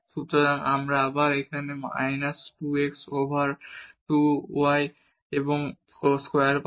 সুতরাং আবার আমরা এখানে minus 2 x over x plus y square পাব